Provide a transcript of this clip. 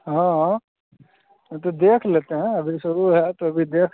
हाँ हाँ तो देख लेते हैं अभी से वह है तो अभी देख